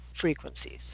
frequencies